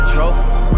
Trophies